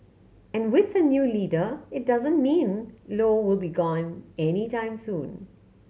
and with a new leader it doesn't mean Low will be gone anytime soon